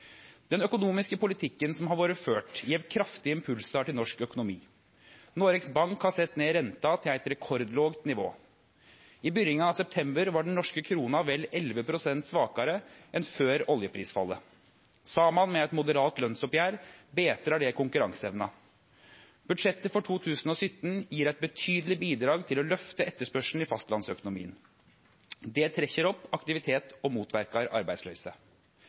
Den økonomiske politikken som har vore ført, gjev kraftige impulsar til norsk økonomi. Noregs Bank har sett ned renta til eit rekordlågt nivå. I byrjinga av september var den norske krona vel 11 pst. svakare enn før oljeprisfallet. Saman med eit moderat lønsoppgjer betrar det konkurranseevna. Budsjettet for 2017 gjev eit betydeleg bidrag til å løfte etterspørselen i fastlandsøkonomien. Det trekkjer opp aktiviteten og motverkar arbeidsløyse.